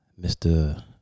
Mr